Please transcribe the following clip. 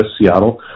seattle